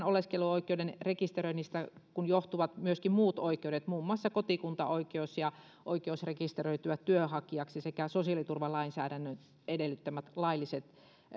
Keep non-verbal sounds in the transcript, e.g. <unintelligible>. <unintelligible> oleskeluoikeuden rekisteröinnistä johtuvat myöskin muut oikeudet muun muassa kotikuntaoikeus ja oikeus rekisteröityä työnhakijaksi sekä sosiaaliturvalainsäädännön edellyttämä laillisen